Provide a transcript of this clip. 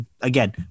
again